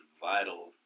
vital